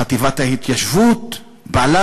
חטיבת ההתיישבות פעלה,